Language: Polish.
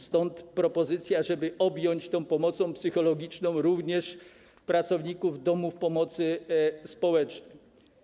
Stąd propozycja, żeby objąć tą pomocą psychologiczną również pracowników domów pomocy społecznej.